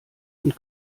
und